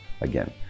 again